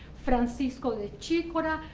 francisco de chircora,